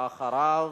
ואחריו,